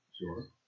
Sure